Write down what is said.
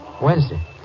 Wednesday